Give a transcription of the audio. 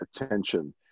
attention